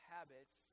Habits